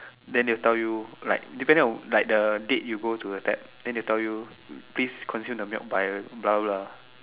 then they will tell you like depending on like the date you go to the tap then they will tell you please consume the milk by blah blah blah